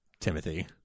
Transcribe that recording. Timothy